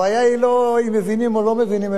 הבעיה היא לא אם מבינים או לא מבינים,